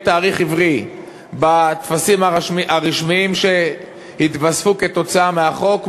תאריך עברי בטפסים הרשמיים שיתווספו כתוצאה מהחוק,